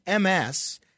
MS